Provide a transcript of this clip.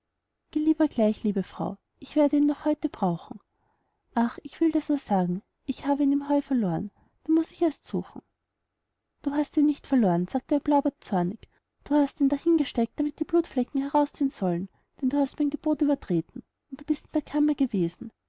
lieber gleich liebe frau ich werde ihn noch heute brauchen ach ich will dirs nur sagen ich habe ihn im heu verloren da muß ich erst suchen du hast ihn nicht verloren sagte der blaubart zornig du hast ihn dahin gesteckt damit die blutflecken herausziehen sollen denn du hast mein gebot übertreten und bist in der kammer gewesen